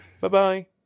Bye-bye